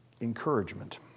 encouragement